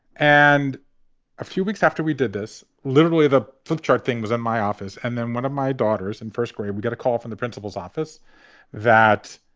and a few weeks after we did this, literally, the hard thing was in my office. and then one of my daughters in first grade, we got a call from the principal's office that.